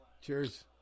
Cheers